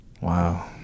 wow